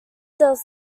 does